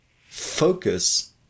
focus